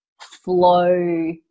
flow